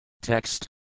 TEXT